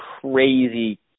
crazy